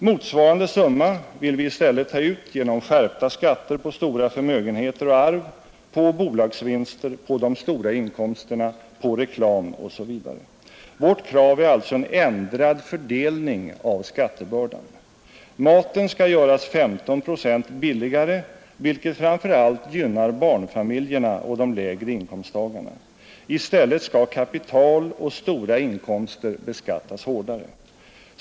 Motsvarande summa vill vi i stället ta ut genom skärpta skatter på stora förmögenheter och arv, på bolagsvinster, på de stora inkomsterna, på reklam osv. Vårt krav är alltså en ändrad fördelning av skattebördan. Maten skall göras 15 procent billigare, vilket framför allt gynnar barnfamiljerna och de lägre inkomsttagarna, I stället skall kapital och stora inkomster beskattas hårdare.